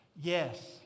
Yes